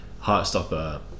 Heartstopper